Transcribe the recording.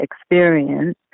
experience